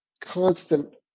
constant